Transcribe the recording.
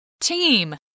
Team